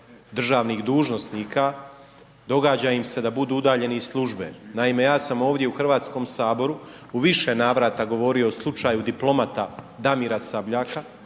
državnih dužnosnika, događa im se da budu udaljeni iz službe. Naime, ja sam ovdje u HS-u u više navrata govorio o slučaju diplomata Damira Sabljaka,